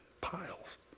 piles